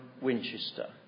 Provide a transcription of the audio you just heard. Winchester